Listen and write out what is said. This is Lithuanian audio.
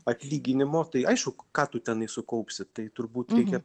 atlyginimo tai aišku ką tu tenai sukaupsi tai turbūt reikia